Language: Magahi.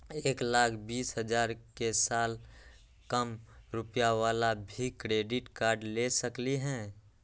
एक लाख बीस हजार के साल कम रुपयावाला भी क्रेडिट कार्ड ले सकली ह?